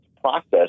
process